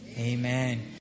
Amen